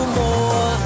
more